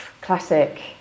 Classic